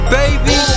baby